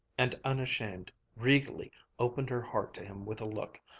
and unashamed, regally, opened her heart to him with a look.